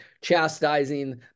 chastising